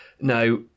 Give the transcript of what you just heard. Now